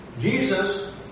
Jesus